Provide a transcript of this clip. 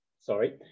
sorry